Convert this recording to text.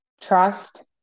trust